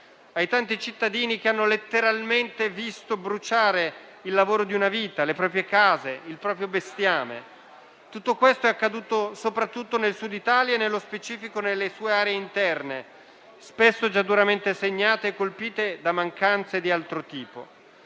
ai tanti cittadini che hanno letteralmente visto bruciare il lavoro di una vita, le proprie case e il proprio bestiame. Tutto ciò è accaduto soprattutto nel Sud Italia e, nello specifico, nelle sue aree interne, spesso già duramente segnate e colpite da mancanze di altro tipo.